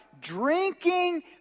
drinking